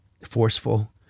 forceful